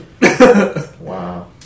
Wow